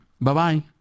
Bye-bye